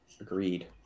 Agreed